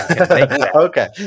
Okay